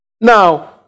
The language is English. Now